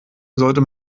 sollte